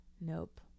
Nope